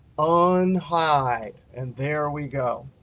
um unhide. and there we go.